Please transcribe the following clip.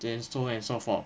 then so on and so forth